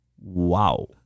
wow